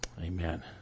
Amen